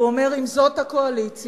ואומר: אם זאת הקואליציה,